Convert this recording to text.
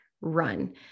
run